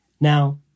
Now